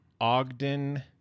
ogden